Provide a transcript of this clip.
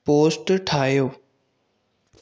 पोस्टु ठाहियो